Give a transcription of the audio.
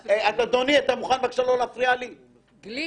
----- גליק,